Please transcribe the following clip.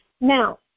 Now